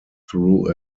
through